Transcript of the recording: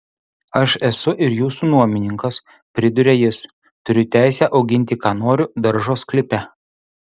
aš esu ir jūsų nuomininkas priduria jis turiu teisę auginti ką noriu daržo sklype